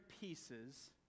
pieces